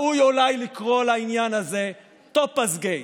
אולי ראוי לקרוא לעניין הזה טופזגייט,